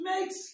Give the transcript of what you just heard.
makes